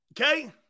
Okay